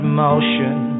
motion